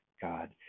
God